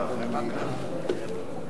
סיעת העצמאות זה רק ליד שולחן הממשלה.